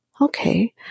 okay